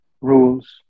rules